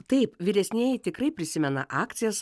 taip vyresnieji tikrai prisimena akcijas